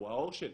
האור שלי.